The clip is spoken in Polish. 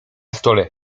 stole